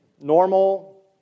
normal